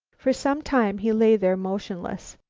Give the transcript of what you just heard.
for some time he lay there motionless.